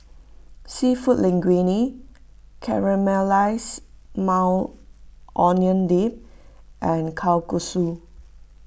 Seafood Linguine Caramelized Maui Onion Dip and Kalguksu